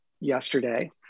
yesterday